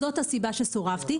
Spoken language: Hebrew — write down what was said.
זאת הסיבה שסורבתי.